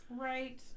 Right